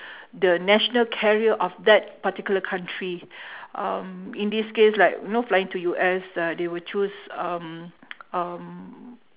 the national carrier of that particular country um in this case like know flying to U_S uh they will choose um um